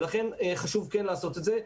ולכן חשוב כן לעשות את זה.